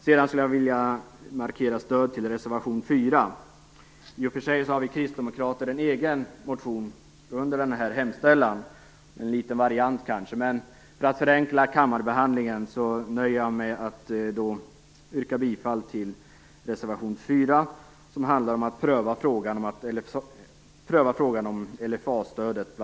Jag skulle också vilja markera stöd för reservation 4. I och för sig har vi kristdemokrater en egen motion under den hemställanspunkten, som är en liten variant, men för att förenkla kammarbehandlingen nöjer jag mig med att yrka bifall till reservation 4, som handlar bl.a. om att pröva frågan om LFA-stödet.